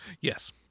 Yes